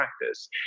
practice